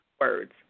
words